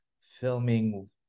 filming